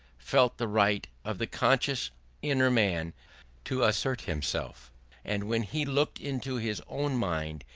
felt the right of the conscious inner man to assert himself and when he looked into his own mind,